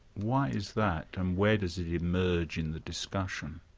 why is that and where does it emerge in the discussion?